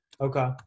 Okay